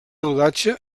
rodatge